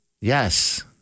Yes